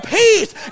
peace